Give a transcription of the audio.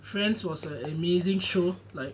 friends was an amazing show like